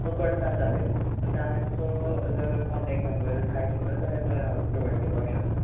तो करता सादर तांचो जर कॉण्टॅक नंबर जाय तुमकां जाल्यार तोय हांव प्रोवायड करपाक शकता